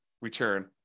return